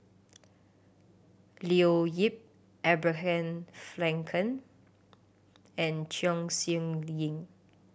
Leo Yip Abraham Frankel and Chong Siew Ying